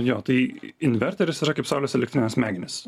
jo tai inverteris yra kaip saulės elektrinės smegenys